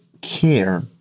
care